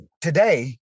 today